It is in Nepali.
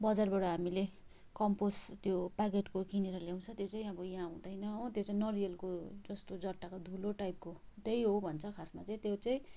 बजारबाट हामीले कम्पोस्ट त्यो प्याकिटको किनेर ल्याउँछ त्यो चाहिँ यहाँ हुँदैन हो त्यो चाहिँ नरिवलको जस्तो जट्टाको धुलो टाइपको त्यही हो भन्छ खासमा चाहिँ त्यो चाहिँ